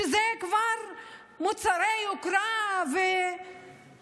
שזה כבר מוצרי יוקרה ונוחות,